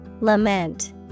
lament